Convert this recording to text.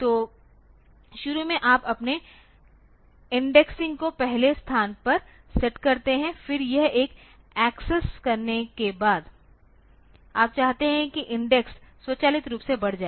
तो शुरू में आप अपने इंडेक्स को पहले स्थान पर सेट करते हैं फिर यह एक एक्सेस करने के बाद आप चाहते हैं कि इंडेक्स स्वचालित रूप से बढ़ जाए